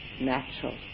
natural